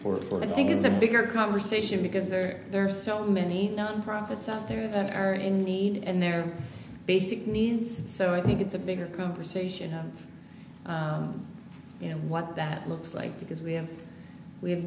afford or think it's a bigger conversation because there are so many non profits out there that are in need in their basic needs so i think it's a bigger conversation you know what that looks like because we have we have